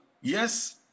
yes